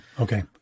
Okay